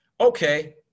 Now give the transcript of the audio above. okay